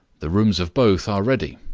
the rooms of both are ready.